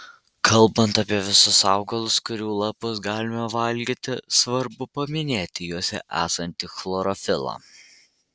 kalbant apie visus augalus kurių lapus galime valgyti svarbu paminėti juose esantį chlorofilą